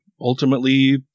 ultimately